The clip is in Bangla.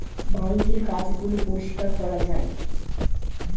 বাঙ্কের কাজ গুলো পরিষ্কার করা যায়